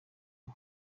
uwo